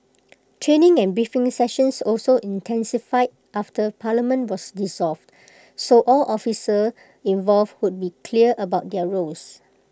training and briefing sessions also intensified after parliament was dissolved so all officers involved would be clear about their roles